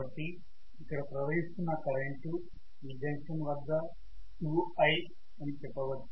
కాబట్టి ఇక్కడ ప్రవహిస్తున్న కరెంటు ఈ జంక్షన్ వద్ద 2I అని చెప్పవచ్చు